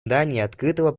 открытого